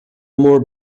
more